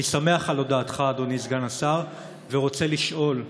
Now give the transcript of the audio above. אני שמח על הודעתך, אדוני סגן השר, ורוצה לשאול: